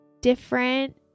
different